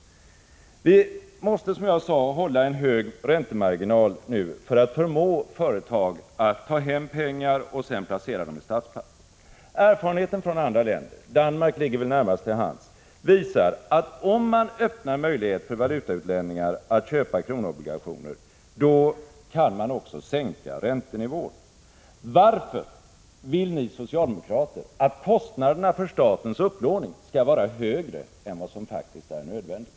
Vi måste, som sagt, ha en hög räntemarginal för att förmå företag att ta hem pengar och placera dem i statspapper. Erfarenheten från andra länder — Danmark ligger väl närmast till hands — visar, att om man öppnar möjlighet för valutautlänningar att köpa kronobligationer, kan man också sänka räntenivån. Varför vill ni socialdemokrater att kostnaderna för statens upplåning skall vara högre än vad som faktiskt är nödvändigt?